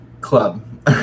club